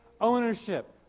ownership